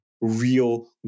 real